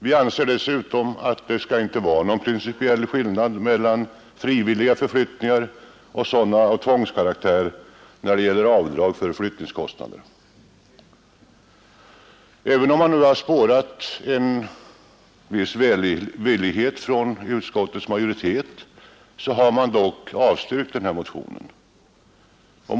Vi anser dessutom att det inte skall vara någon principiell skillnad mellan frivillig förflyttning och förflyttning av tvångskaraktär när det gäller avdrag för flyttningskostnader. Även om man nu har spårat en viss välvillighet från utskottsmajoriteten har man dock avstyrkt denna motion.